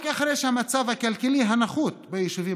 רק אחרי שהמצב הכלכלי הנחות ביישובים